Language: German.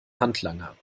handlanger